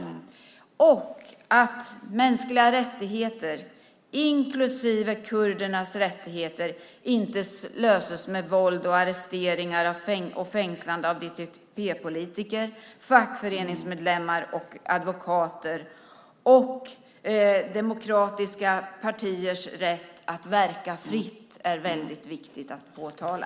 Det handlar också om att mänskliga rättigheter, inklusive kurdernas rättigheter, inte kan lösas med våld och arresteringar och fängslande av DTP-politiker, fackföreningsmedlemmar och advokater. Demokratiska partiers rätt att verka fritt är också viktigt att påtala.